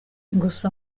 gusa